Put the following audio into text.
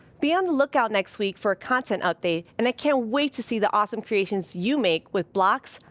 be on the lookout next week for a content update. and i can't wait to see the awesome creations you make with blocks,